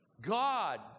God